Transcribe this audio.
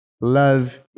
Love